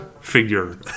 figure